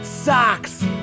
Socks